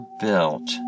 built